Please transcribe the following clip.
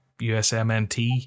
USMNT